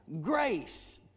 grace